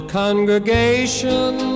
congregation